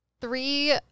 Three